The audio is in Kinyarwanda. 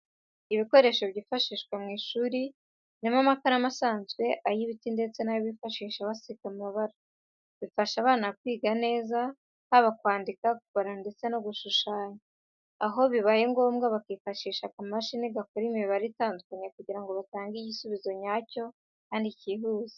Ibikoresho byifashishwa mu ishuri harimo amakaramu asanzwe, ay'ibiti ndetse n'ayo bifashisha basiga amabara. Bifasha abana kwiga neza haba kwandika, kubara ndetse no gushushanya, aho bibaye ngombwa bakifashisha akamashini gakora imibare itandukanye kugira ngo batange igisubizo nyacyo kandi kihuse.